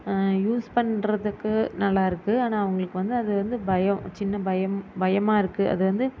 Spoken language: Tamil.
யூஸ் பண்ணுறதுக்கு நல்லாயிருக்கு ஆனால் அவங்களுக்கு வந்து அது வந்து பயம் சின்ன பயம் பயமாக இருக்குது அது வந்து